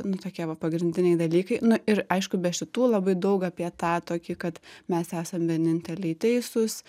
nu tokie va pagrindiniai dalykai nu ir aišku be šitų labai daug apie tą tokį kad mes esam vieninteliai teisūs